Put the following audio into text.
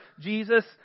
Jesus